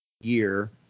year